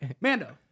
Mando